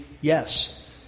yes